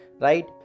right